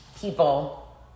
people